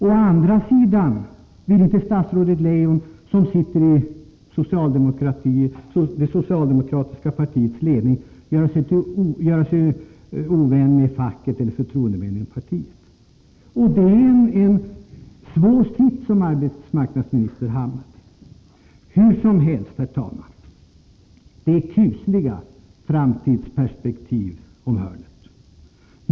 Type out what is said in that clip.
Å andra sidan vill inte statsrådet Leijon, som sitter i det socialdemokratiska partiets ledning, göra sig till ovän med facket eller förtroendemännen inom partiet. Det är en svår sits som arbetsmarknadsministern har. Hur som helst, herr talman, detta öppnar kusliga framtidsperspektiv runt hörnet.